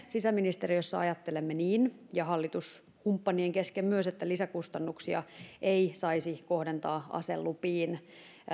sisäministeriössä ajattelemme niin ja hallituskumppanien kesken myös että lisäkustannuksia ei saisi kohdentaa aselupiin